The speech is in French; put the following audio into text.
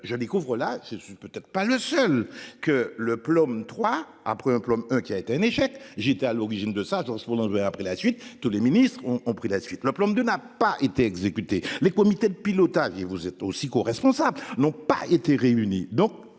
je découvre, là je suis peut être pas le seul que le plan 3 après un plan eux qui a été un échec. J'étais à l'origine de ça pour a pris la suite. Tous les ministres ont, ont pris la suite le plan de n'a pas été exécutés, les comités de pilotage et vous êtes aussi coresponsable n'ont pas été.